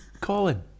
Colin